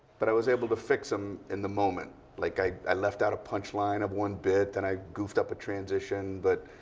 but i was able to fix them in the moment. like, i i left out a punch line of one bit. then, and i goofed up a transition. but